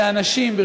שאנשים, תודה.